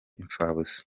imfabusa